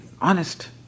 honest